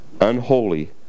unholy